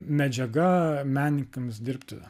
medžiaga menininkams dirbti